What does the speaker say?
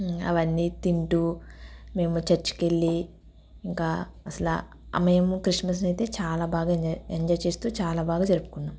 అవన్నీ తింటు మేము చర్చికు వెళ్ళి ఇంకా అసలు మేము క్రిస్మస్ను అయితే చాలా బాగా ఎంజాయ్ ఎంజాయ్ చేస్తు చాలా బాగా జరుపుకున్నాం